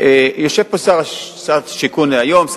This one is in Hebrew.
יושב פה שר השיכון דהיום,